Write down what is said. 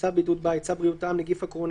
"צו בידוד בית" צו בריאות העם (נגיף הקורונה